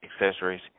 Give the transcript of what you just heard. accessories